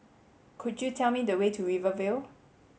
could you tell me the way to Rivervale